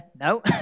No